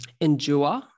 endure